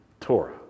Torah